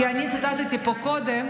כי אני ציטטתי פה קודם,